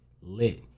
lit